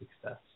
success